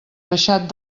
baixat